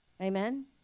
Amen